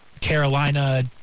Carolina –